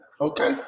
Okay